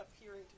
appearing